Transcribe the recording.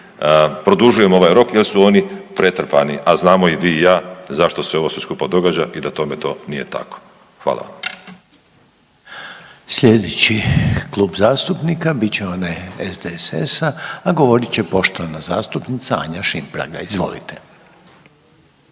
produžujemo ovaj rok jer su oni pretrpani, a znamo i vi i ja zašto se sve ovo skupa događa i da tome to nije tako. Hvala vam. **Reiner, Željko (HDZ)** Slijedeći Klub zastupnika bit će onaj SDSS-a, a govorit će poštovana zastupnica Anja Šimpraga. izvolite.